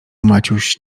maciuś